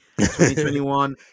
2021